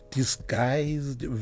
disguised